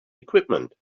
equipment